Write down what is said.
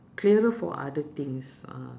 clearer for other things uh